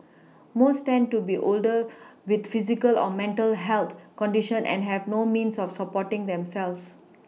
most tend to be older with physical or mental health conditions and have no means of supporting themselves